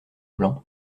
blanc